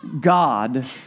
God